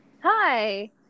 Hi